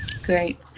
Great